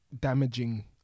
damaging